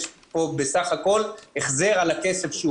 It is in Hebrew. יש פה בסך הכול החזר עבור הכסף שהוא